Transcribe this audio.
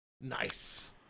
Nice